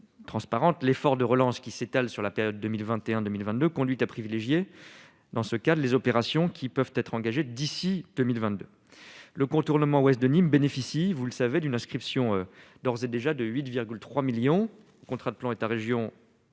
l'effort de relance qui s'étale sur la période 2021 2022 conduit à privilégier, dans ce cas, de les opérations qui peuvent être engagées d'ici 2022 le contournement ouest de Nîmes bénéficient, vous le savez, d'une inscription d'ores et déjà de 8,3 millions contrat de plan État-Région.